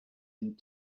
and